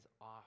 off